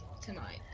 tonight